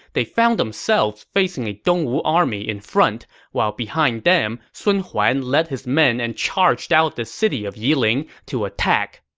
they found themselves facing a dongwu army in front while behind them sun huan led his men and charged out of the city of yiling to attack.